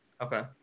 okay